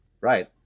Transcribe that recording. Right